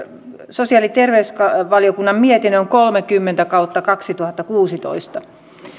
sosiaali ja terveysvaliokunnan mietinnön kolmekymmentä kautta kaksituhattakuusitoista